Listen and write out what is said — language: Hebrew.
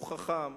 הוא חכם.